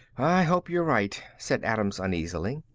i hope you're right, said adams uneasily.